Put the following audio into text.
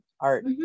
art